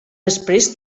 després